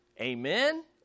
Amen